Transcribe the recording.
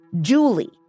Julie